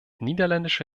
niederländische